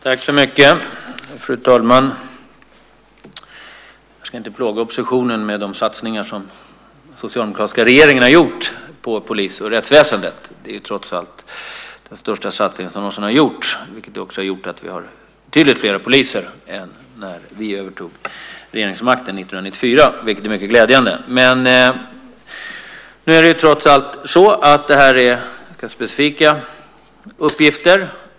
Fru talman! Jag ska inte plåga oppositionen med de satsningar som den socialdemokratiska regeringen har gjort på polisen och rättsväsendet. Det är trots allt den största satsning som någonsin har gjorts, vilket också har gjort att vi har betydligt fler poliser än när vi övertog regeringsmakten 1994. Det är mycket glädjande. Men nu är det här specifika uppgifter.